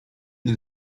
nie